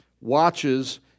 watches